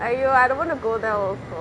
!aiyo! I don't want to go there also